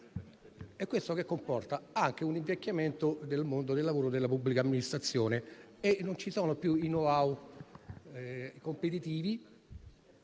E ciò comporta anche un invecchiamento del mondo del lavoro nella pubblica amministrazione. Non ci sono più i *know-how* competitivi